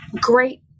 great